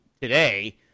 today